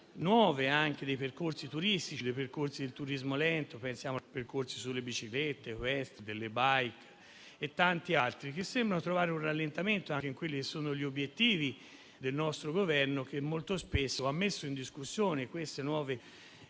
nuove modalità dei percorsi turistici, dei percorsi del turismo lento - pensiamo a quelli in bicicletta o con le *e-bike* e tanti altri - che sembrano trovare un rallentamento anche riguardo agli obiettivi del nostro Governo, che molto spesso ha messo in discussione questi nuovi